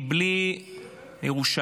כי בלי ירושלים,